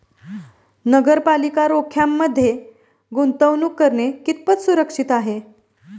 नगरपालिका रोख्यांमध्ये गुंतवणूक करणे कितपत सुरक्षित आहे?